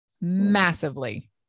massively